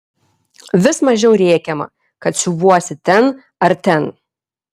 vis mažiau rėkiama kad siuvuosi ten ar ten